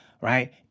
right